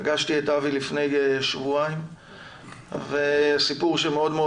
פגשתי את אבי לפני שבועיים וזה סיפור שמאוד מאוד